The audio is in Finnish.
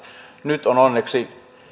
nyt olen onneksi